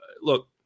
look